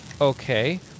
Okay